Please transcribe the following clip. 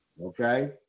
okay